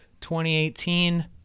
2018